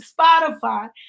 spotify